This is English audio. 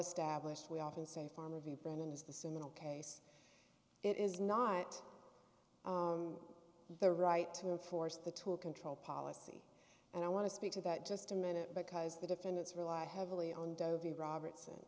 established we often say farmer v brennan is the seminal case it is not the right to enforce the tool control policy and i want to speak to that just a minute because the defendants rely heavily on dovi robertson